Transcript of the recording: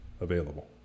available